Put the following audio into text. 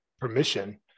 permission